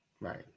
right